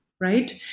Right